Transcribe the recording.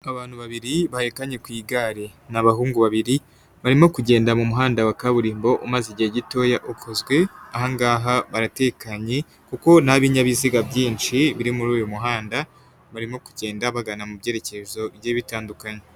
Abantu babiri bahekanye ku igare ni abahungu babiri barimo kugenda mu muhanda wa kaburimbo umaze igihe gitoya ukozwe, aha ngaha baratekanye kuko nta binyabiziga byinshi biri muri uyu muhanda barimo kugenda bagana mu byerekezo bigiye bitandukanye.